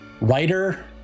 writer